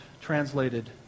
translated